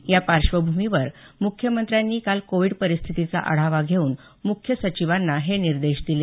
या पार्श्वभूमीवर मुख्यमंत्र्यांनी काल कोविड परिस्थितीचा आढावा घेऊन मुख्य सचिवांना हे निर्देश दिले